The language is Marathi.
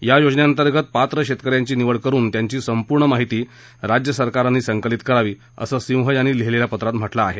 या योजनेअंतर्गत पात्र शेतकऱ्यांची निवड करुन त्यांची संपूर्ण माहिती राज्य सरकारांनी संकलित करावी असं सिंह यांनी लिहीलेल्या पत्रात म्हाक्रिं आहे